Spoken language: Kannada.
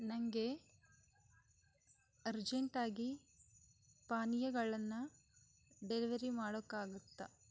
ನನಗೆ ಅರ್ಜೆಂಟಾಗಿ ಪಾನೀಯಗಳನ್ನು ಡೆಲಿವರಿ ಮಾಡೋಕ್ಕಾಗುತ್ತ